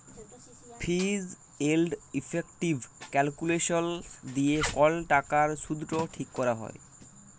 ফিজ এলড effective calculations দিয়ে কল টাকার শুধট ঠিক ক্যরা হ্যয়